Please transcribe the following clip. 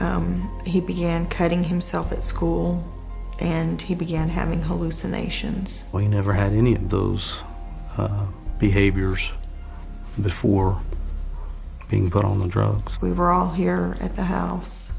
he began cutting himself at school and he began having hallucinations or you never had any of those behaviors before being put on the drugs we were all here at the house